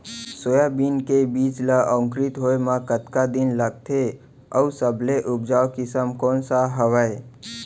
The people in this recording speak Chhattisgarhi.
सोयाबीन के बीज ला अंकुरित होय म कतका दिन लगथे, अऊ सबले उपजाऊ किसम कोन सा हवये?